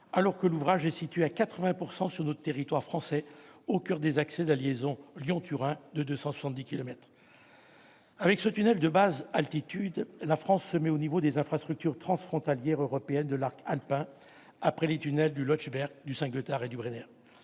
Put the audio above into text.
alors que l'ouvrage est situé à 80 % sur notre territoire, au coeur des accès de la liaison Lyon-Turin, d'une longueur de 270 kilomètres. Avec ce tunnel de basse altitude, la France se mettra au niveau des infrastructures transfrontalières européennes de l'arc alpin, après les tunnels du Lötschberg, du Saint-Gothard et du Brenner.